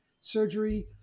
surgery